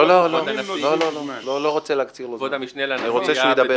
לא, לא רוצה לקצוב לו זמן, אני רוצה שהוא ידבר.